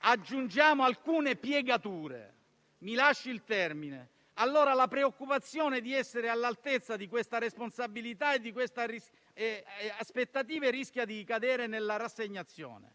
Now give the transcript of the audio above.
aggiungiamo alcune piegature - mi passi il termine - allora la preoccupazione di essere all'altezza di questa responsabilità e delle aspettative rischia di cadere nella rassegnazione.